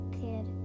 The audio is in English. kid